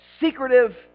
secretive